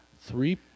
Three